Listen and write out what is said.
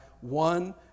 one